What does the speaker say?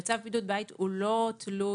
הרי צו בידוד בית הוא לא תלוי